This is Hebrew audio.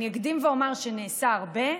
אני אקדים ואומר שנעשה הרבה,